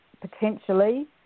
potentially